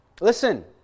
Listen